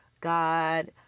God